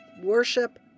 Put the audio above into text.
worship